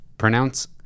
Pronounce